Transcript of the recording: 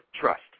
trust